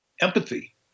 empathy